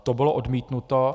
To bylo odmítnuto.